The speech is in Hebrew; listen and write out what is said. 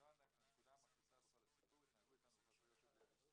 זו הנקודה המכעיסה בכל הסיפור: התנהגו איתנו בחוסר יושב ובלי הגינות.